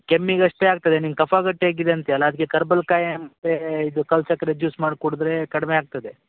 ಕೆಮ್ಮಿಗೆ ಅಷ್ಟೆ ಆಗ್ತದೆ ನಿಂಗೆ ಕಫ ಗಟ್ಟಿ ಆಗಿದೆ ಅಂತೀಯಲ ಅದ್ಕೆ ಕರ್ಬಲ್ ಕಾಯಿ ಮತ್ತು ಇದು ಕಲ್ಲುಸಕ್ರೆ ಜೂಸ್ ಮಾಡಿ ಕುಡಿದ್ರೆ ಕಡಿಮೆ ಆಗ್ತದೆ